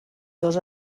dos